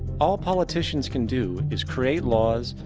all politicians can do is create laws,